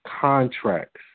contracts